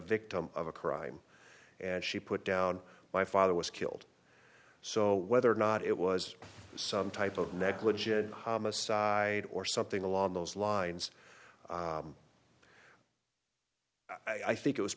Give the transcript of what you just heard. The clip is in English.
victim of a crime and she put down my father was killed so whether or not it was some type of negligent homicide or something along those lines i think it was